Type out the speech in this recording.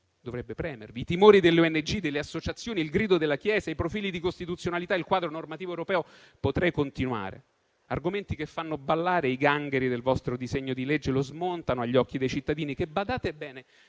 dovrebbero premervi i timori delle ONG e delle associazioni, il grido della Chiesa, i profili di costituzionalità, il quadro normativo europeo, e potrei continuare. Argomenti che fanno ballare i gangheri del vostro decreto-legge e lo smontano agli occhi dei cittadini, che - badate bene